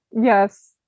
Yes